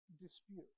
dispute